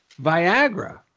Viagra